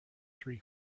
three